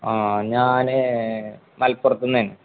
ആ ഞാന് മലപ്പുറത്തു നിന്നായിരുന്നു